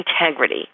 Integrity